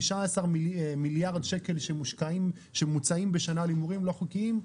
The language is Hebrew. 19 מיליארד שקל שמוצאים בשנה על הימורים לא חוקיים,